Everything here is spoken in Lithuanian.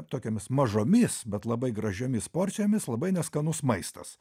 tokiomis mažomis bet labai gražiomis porcijomis labai neskanus maistas